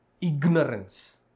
Ignorance